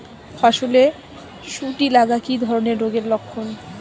ফসলে শুটি লাগা কি ধরনের রোগের লক্ষণ?